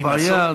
הבעיה,